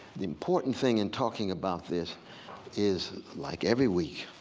the important thing in talking about this is, like every week,